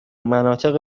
مناطق